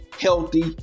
healthy